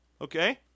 Okay